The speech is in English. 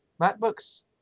MacBooks